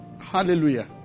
Hallelujah